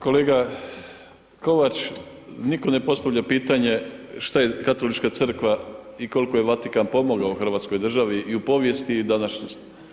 Kolega Kovač, nitko ne postavlja pitanje šta je Katolička crkva i koliko je Vatikan pomogao hrvatskoj državi i u povijesti i današnjosti.